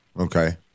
Okay